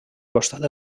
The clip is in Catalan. costat